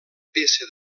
peça